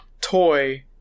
toy